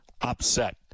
upset